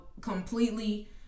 completely